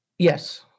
Yes